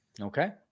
Okay